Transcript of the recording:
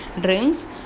drinks